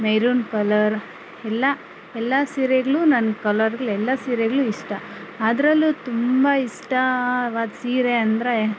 maroon colour ಎಲ್ಲ ಎಲ್ಲ ಸೀರೆಗಳು ನನ್ನ ಕಲರ್ಗಳು ಎಲ್ಲ ಸೀರೆಗಳು ಇಷ್ಟ ಅದ್ರಲ್ಲೂ ತುಂಬ ಇಷ್ಟವಾದ ಸೀರೆ ಅಂದರೆ